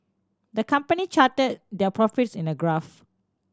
the company charted their profits in a graph